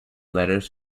letters